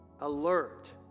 alert